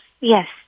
Yes